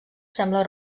sembla